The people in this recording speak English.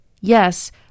Yes